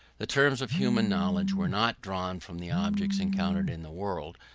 the terms of human knowledge were not drawn from the objects encountered in the world,